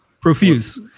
profuse